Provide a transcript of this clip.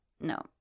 no